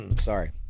sorry